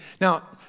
Now